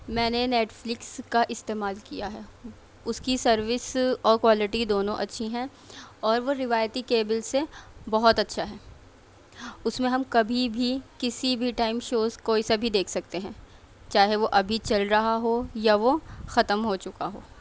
میں نے نیٹفِلکس کا استعمال کیا ہے اُس کی سروس اور کوالٹی دونوں اچھی ہیں اور وہ روایتی کیبل سے بہت اچھا ہے اُس میں ہم کبھی بھی کسی بھی ٹائم شوز کوئی سا بھی دیکھ سکتے ہیں چاہے وہ ابھی چل رہا ہو یا وہ ختم ہو چکا ہو